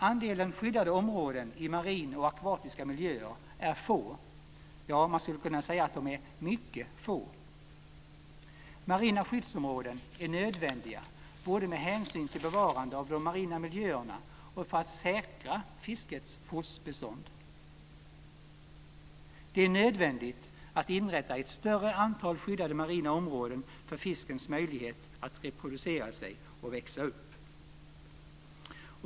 Andelen skyddade omeråden i marina eller akvatiska miljöer är få, ja, man skulle kunna säga att de är mycket få. Marina skyddsområden är nödvändiga både med hänsyn till bevarandet av de marina miljöerna och för att säkra fiskets fortbestånd. Det är nödvändigt att inrätta ett större antal skyddade marina områden för fiskens möjlighet att reproducera sig samt växa upp.